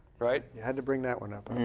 right? had to bring that one up.